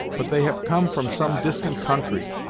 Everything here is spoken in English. but they have come from some distant country,